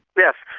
yes.